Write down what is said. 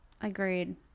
Agreed